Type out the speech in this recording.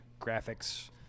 graphics